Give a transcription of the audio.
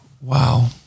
Wow